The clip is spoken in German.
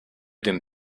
den